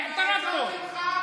אתה רצית להפיל את זה לגמרי.